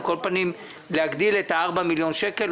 על כל פנים להגדיל את ה-4 מיליון שקל.